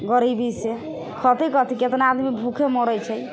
गरीबीसँ खेतै कथी कतना आदमी भूखे मरै छै